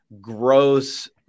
gross